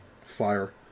fire